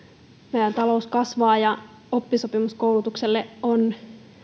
meidän talous kasvaa ja oppisopimuskoulutukselle on